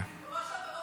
היה לי ב-3 בנובמבר.